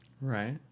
Right